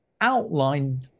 outline